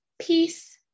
peace